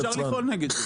מיכל, אפשר לפעול נגד זה.